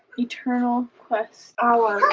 eternal quest hour!